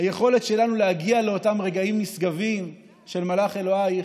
היכולת שלנו להגיע לאותם רגעים נשגבים של "מלך אלוהיך"